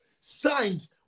signed